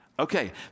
Okay